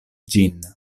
ĝin